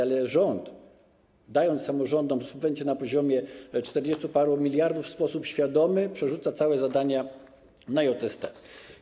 Ale rząd, dając samorządom subwencję na poziomie czterdziestu paru miliardów, w sposób świadomy przerzuca całe zadania na JST.